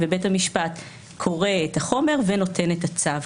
ובית המשפט קורא את החומר ונותן את הצו.